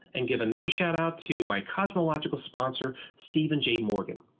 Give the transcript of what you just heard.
and give another shout-out to my cosmological sponsor steven j morgan.